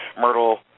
myrtle